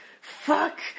fuck